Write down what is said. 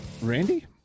Randy